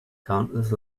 countless